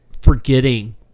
forgetting